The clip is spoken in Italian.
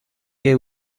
che